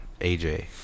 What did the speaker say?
AJ